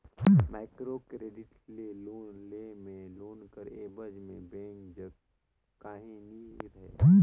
micro credit ले loan लेय में लोन कर एबज में बेंक जग काहीं नी रहें